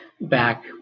back